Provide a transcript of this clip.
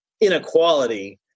inequality